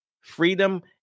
freedom